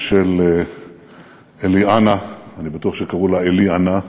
של עליהנה, אני בטוח שקראו לה אלי-ענה,